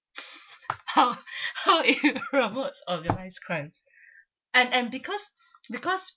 how how it promotes organise crimes and and because because